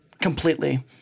completely